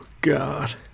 God